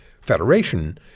Federation